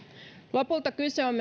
lopulta kyse on